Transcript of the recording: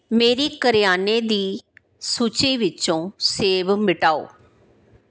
ਮੇਰੀ ਕਰਿਆਨੇ ਦੀ ਸੂਚੀ ਵਿੱਚੋਂ ਸੇਬ ਮਿਟਾਓ